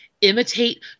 imitate